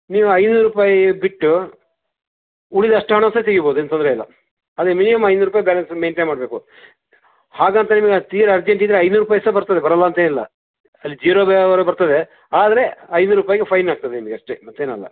ನೀವು ಐನ್ನೂರು ರೂಪಾಯಿ ಬಿಟ್ಟು ಉಳಿದ ಅಷ್ಟು ಹಣವನ್ನು ಸಹ ತೆಗಿಬೋದು ಏನು ತೊಂದರೆ ಇಲ್ಲ ಆದರೆ ಮಿನಿಮಮ್ ಐನೂರು ರೂಪಾಯಿ ಬ್ಯಾಲೆನ್ಸನ್ನ ಮೇಯ್ನ್ಟೇನ್ ಮಾಡಬೇಕು ಹಾಗಂತೇಳಿ ನಿಮಗೆ ತೀರ ಅರ್ಜೆಂಟ್ ಇದ್ದರೆ ಐನ್ನೂರು ರೂಪಾಯಿ ಸಹ ಬರ್ತದೆ ಬರಲ್ಲ ಅಂತ ಏನಿಲ್ಲ ಅಲ್ಲಿ ಝೀರೋ ಬ್ಯಾ ವರೆಗೆ ಬರ್ತದೆ ಆದರೆ ಐನೂರು ರೂಪಾಯಿಗೆ ಫೈನ್ ಆಗ್ತದೆ ನಿಮಗೆ ಅಷ್ಟೆ ಮತ್ತೇನಲ್ಲ